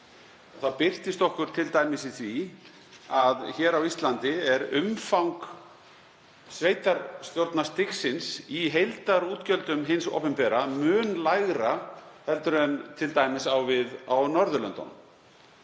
Það birtist okkur t.d. í því að hér á Íslandi er umfang sveitarstjórnarstigsins í heildarútgjöldum hins opinbera mun lægra en t.d. á við á Norðurlöndunum.